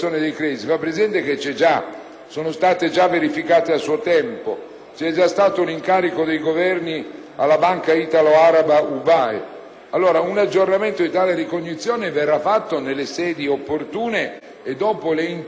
sono stati già verificati a suo tempo; c'è già stato un incarico dei Governi alla Banca italo-araba UBAE. Un aggiornamento di tale ricognizione verrà fatto nelle sedi opportune e dopo le intese che verranno raggiunte dai Governi.